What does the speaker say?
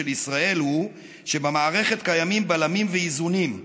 ישראל הוא שבמערכת קיימים בלמים ואיזונים,